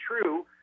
true